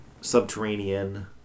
subterranean